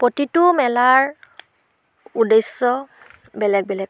প্ৰতিটো মেলাৰ উদ্দেশ্য বেলেগ বেলেগ